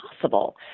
possible